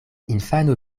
infano